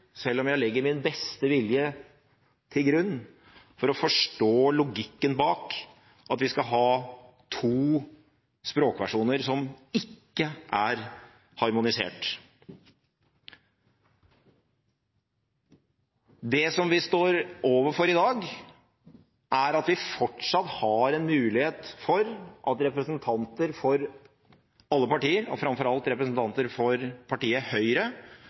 selv om jeg legger min beste vilje til grunn, med å forstå logikken bak at vi skal ha to språkversjoner som ikke er harmoniserte. Det som vi står overfor i dag, er at vi fortsatt har en mulighet for at representanter for alle partier – og framfor alt representanter for partiet Høyre